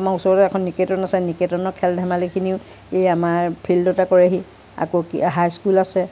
আমাৰ ওচৰতে এখন নিকেতন আছে নিকেতনৰ খেল ধেমালিখিনিও এই আমাৰ ফিল্ডতে কৰেহি আকৌ কি হাই স্কুল আছে